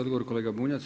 Odgovor kolega Bunjac.